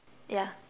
ya